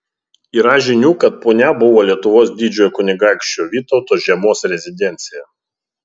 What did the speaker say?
yra žinių kad punia buvo lietuvos didžiojo kunigaikščio vytauto žiemos rezidencija